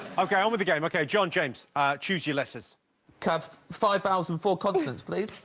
okay on with the game okay, john james ah choose your letters have five thousand four constants, please.